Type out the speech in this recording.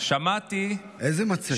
איזו מצגת?